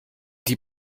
die